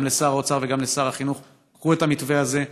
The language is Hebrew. גם לשר האוצר וגם לשר החינוך: קחו את המתווה הזה,